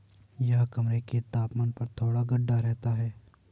यह कमरे के तापमान पर थोड़ा गाढ़ा रहता है